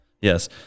Yes